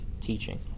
teaching